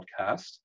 podcast